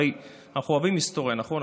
הרי אנחנו אוהבים היסטוריה, נכון?